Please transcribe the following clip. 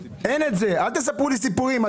אל תספרו לי סיפורים.